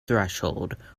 threshold